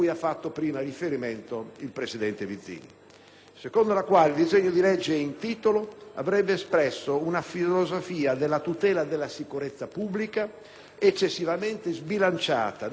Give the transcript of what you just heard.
secondo la quale il disegno di legge in titolo avrebbe espresso una filosofia della tutela della sicurezza pubblica eccessivamente sbilanciata nel senso della repressione della criminalità diffusa,